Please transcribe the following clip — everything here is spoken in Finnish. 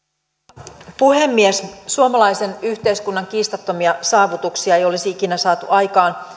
arvoisa puhemies suomalaisen yhteiskunnan kiistattomia saavutuksia ei olisi ikinä saatu aikaan